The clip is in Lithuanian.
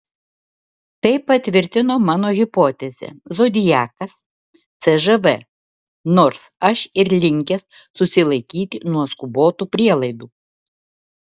tai patvirtina mano hipotezę zodiakas cžv nors aš ir linkęs susilaikyti nuo skubotų prielaidų